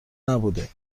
نبوده